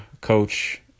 coach